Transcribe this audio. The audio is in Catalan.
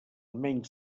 menys